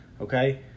okay